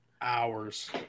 Hours